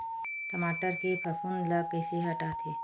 टमाटर के फफूंद ल कइसे हटाथे?